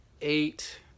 eight